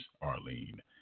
Arlene